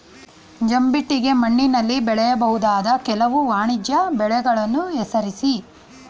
ಜಂಬಿಟ್ಟಿಗೆ ಮಣ್ಣಿನಲ್ಲಿ ಬೆಳೆಯಬಹುದಾದ ಕೆಲವು ವಾಣಿಜ್ಯ ಬೆಳೆಗಳನ್ನು ಹೆಸರಿಸಿ?